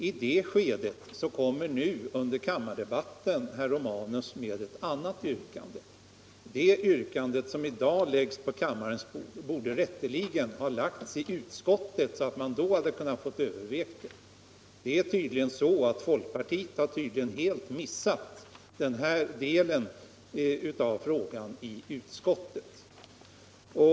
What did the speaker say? I det skedet kommer nu under kammardebatten herr Romanus med ett annat yrkande. Det yrkandet, som alltså i dag läggs på kammarens bord, borde rätteligen ha framlagts i utskottet, så att man då hade kunnat få överväga det. Folkpartiet har tydligen helt missat den här delen av frågan i utskottet.